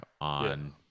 on